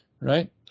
right